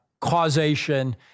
causation